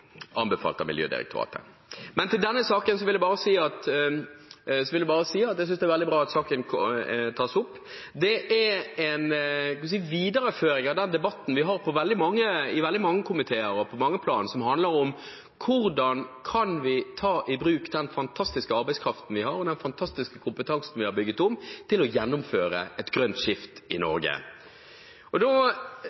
anbefalt av Miljødirektoratet. Men til denne saken vil jeg bare si at jeg synes det er veldig bra at saken tas opp. Det er en videreføring av den debatten vi har i veldig mange komiteer og på mange plan som handler om hvordan vi kan ta i bruk den fantastiske arbeidskraften vi har, og den fantastiske kompetansen vi har bygget opp, til å gjennomføre et grønt skifte i